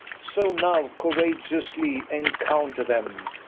so now courageously encounter them,